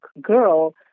girl